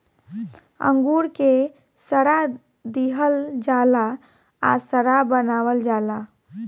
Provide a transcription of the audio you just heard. अंगूर के सड़ा दिहल जाला आ शराब बनावल जाला